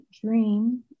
dream